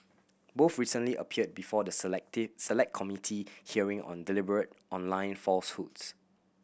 both recently appeared before the Selected Select Committee hearing on deliberate online falsehoods